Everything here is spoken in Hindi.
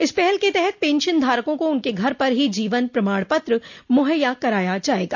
इस पहल के तहत पेंशनधारकों को उनके घर पर ही जीवन प्रमाण पत्र मुहैया कराया जायेगा